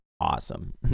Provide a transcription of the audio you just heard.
awesome